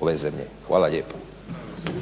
ove zemlje. Hvala lijepa.